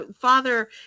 father